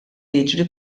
jiġri